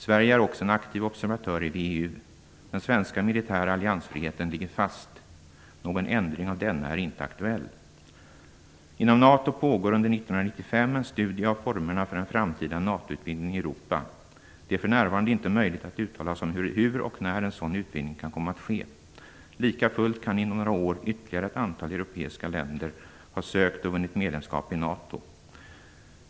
Sverige är också en aktiv observatör i VEU. Den svenska militära alliansfriheten ligger fast. Någon ändring av denna är inte aktuell. Inom NATO pågår under 1995 en studie av formerna för en framtida NATO-utvidgning i Europa. Det är f n inte möjligt att uttala sig om hur och när en sådan utvidgning kan komma att ske. Likafullt kan inom några år ytterligare ett antal europeiska länder ha sökt och vunnit medlemsskap i NATO.